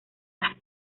las